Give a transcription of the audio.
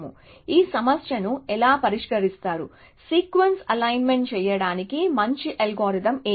కాబట్టి ఈ సమస్యను ఎలా పరిష్కరిస్తారు సీక్వెన్స్ అలైన్మెంట్ చేయడానికి మంచి అల్గోరిథం ఏమిటి